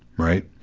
right?